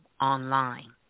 online